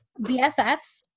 BFFs